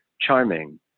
charming